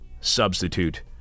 substitute